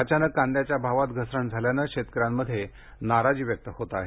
अचानक कांद्याच्या भावात घसरण झाल्यानं शेतकऱ्यांमध्ये नाराजी व्यक्त केली आहे